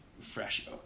fresh